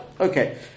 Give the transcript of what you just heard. okay